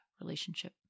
relationship